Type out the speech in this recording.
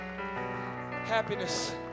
Happiness